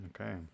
Okay